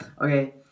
Okay